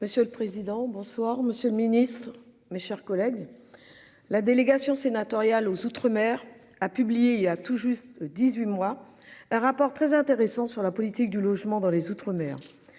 Monsieur le président. Bonsoir Monsieur le Ministre, mes chers collègues. La délégation sénatoriale aux outre-mer a publié il y a tout juste 18 mois, un rapport très intéressant sur la politique du logement dans les outre-mer